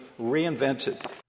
reinvented